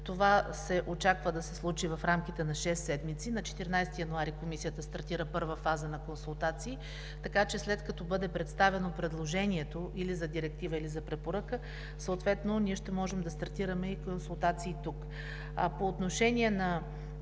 Това се очаква да се случи в рамките на шест седмици. На 14 януари тази година Комисията стартира първа фаза на консултации, така че след като бъде представено предложението или за директива, или за препоръка, съответно ние ще можем да стартираме и консултации тук. Вземайки